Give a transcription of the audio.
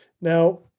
Now